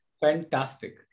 fantastic